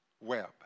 web